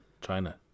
China